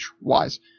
wise